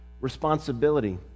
responsibility